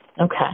Okay